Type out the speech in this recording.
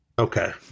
Okay